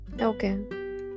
okay